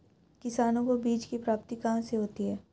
किसानों को बीज की प्राप्ति कहाँ से होती है?